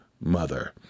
mother